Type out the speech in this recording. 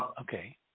okay